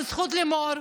בזכות לימור,